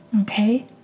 Okay